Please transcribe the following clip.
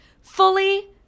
fully